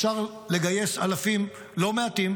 אפשר לגייס אלפים לא מעטים.